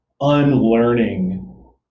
unlearning